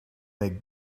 make